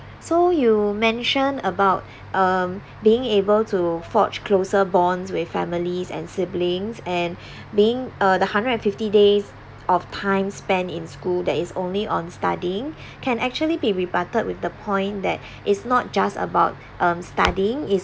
so you mention about um being able to forge closer bonds with families and siblings and being uh the hundred and fifty days of time spent in school that is only on studying can actually be rebutted with the point that is not just about um studying it's